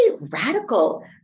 radical